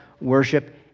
worship